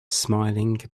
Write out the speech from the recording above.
smiling